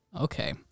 okay